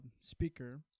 speaker